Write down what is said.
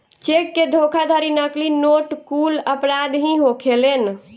check के धोखाधड़ी, नकली नोट कुल अपराध ही होखेलेन